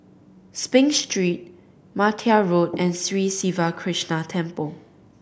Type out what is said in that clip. Spring Street Martia Road and Sri Siva Krishna Temple